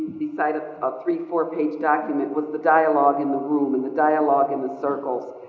beside a three, four page document, was the dialogue in the room and the dialogue in the circles,